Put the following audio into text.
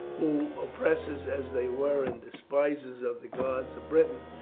who, oppressors as they were and despisers of the gods of britain,